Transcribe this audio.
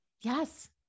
Yes